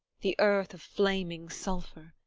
the earth of flaming sulphur,